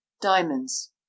diamonds